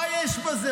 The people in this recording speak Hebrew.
מה יש בזה?